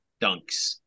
Dunks